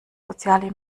soziale